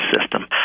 system